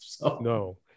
No